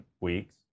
weeks